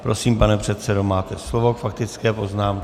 Prosím, pane předsedo, máte slovo k faktické poznámce.